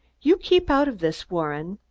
you keep out of this, warren!